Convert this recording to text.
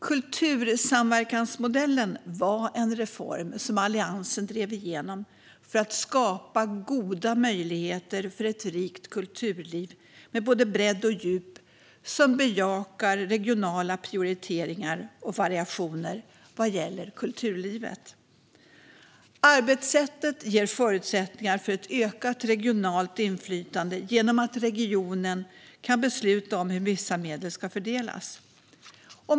Kultursamverkansmodellen var en reform som Alliansen drev igenom för att skapa goda möjligheter till ett rikt kulturliv med både bredd och djup, som bejakar regionala prioriteringar och variationer vad gäller kulturlivet. Arbetssättet ger förutsättningar för ett ökat regionalt inflytande genom att regionen kan besluta om hur vissa medel ska fördelas.